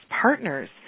partners